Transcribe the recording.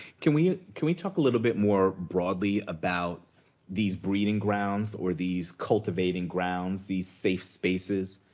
can we can we talk a little bit more broadly about these breeding grounds or these cultivating grounds, these safe spaces?